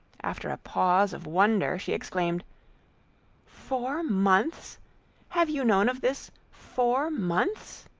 after a pause of wonder, she exclaimed four months have you known of this four months?